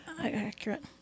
accurate